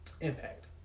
impact